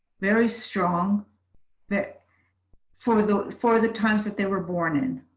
very strong that for the for the times that they were born in